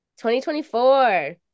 2024